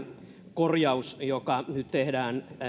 korjaus joka nyt tehdään